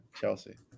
Chelsea